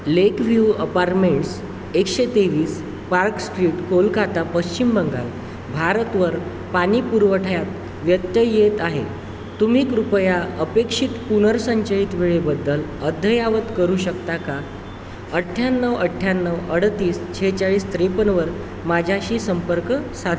lake view apartments एकशे तेवीस park street Kolkata Paschim Bengal भारतवर पाणी पुरवठ्यात व्यत्यय येत आहे तुम्ही कृपया अपेक्षित पुनर्संचयित वेळेबद्दल अद्ययावत करू शकता का अठ्याण्णव अठ्याण्णव अडतीस सेहेचाळीस त्रेपन्नवर माझ्याशी संपर्क साध